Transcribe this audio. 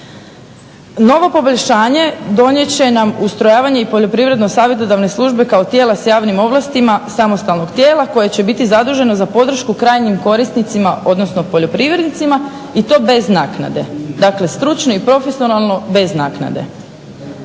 Novo poboljšanje donijet će nam ustrojavanje i Poljoprivredno savjetodavne službe kao tijela s javnim ovlastima samostalnog tijela koje će biti zaduženo za podršku krajnjim korisnicima odnosno poljoprivrednicima i to bez naknade, dakle stručno i profesionalno bez naknade.